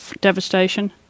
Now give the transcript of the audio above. devastation